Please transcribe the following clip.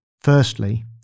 Firstly